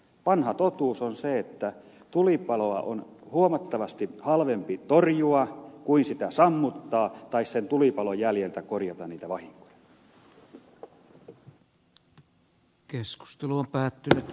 vanha totuus on se että tulipaloa on huomattavasti halvempi torjua kuin sitä sammuttaa tai sen tulipalon jäljeltä korjata niitä vahinkoja